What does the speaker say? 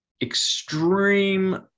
extreme